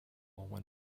when